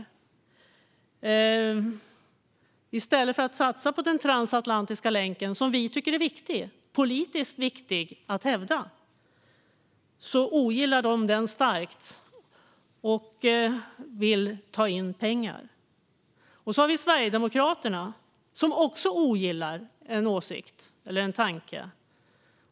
Det vill man göra i stället för att satsa på den transatlantiska länken, som vi tycker är politiskt viktig att hävda. De ogillar den starkt och vill dra in pengar. Sedan har vi Sverigedemokraterna, som också ogillar en tanke.